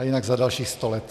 A jinak za dalších sto let.